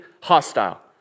hostile